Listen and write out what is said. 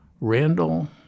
Randall